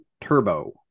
Turbo